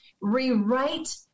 Rewrite